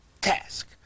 task